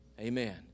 Amen